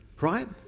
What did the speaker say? Right